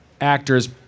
actors